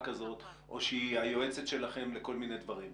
כזאת או שהיא היועצת שלכם לכל מיני דברים.